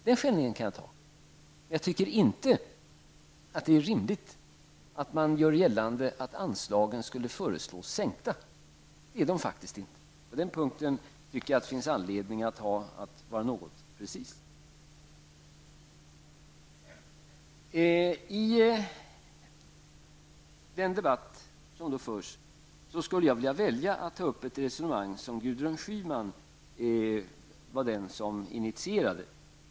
Den skällningen kan jag ta, men jag tycker inte att det är rimligt att man gör gällande att anslagen skulle ha föreslagits bli sänkta. På den punkten tycker jag att det finns anledning att vara mer precis. Jag skulle vilja välja att i den här debatten ta upp ett resonemang som Gudrun Schyman initierade.